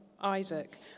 Isaac